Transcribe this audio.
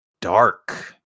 dark